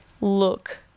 look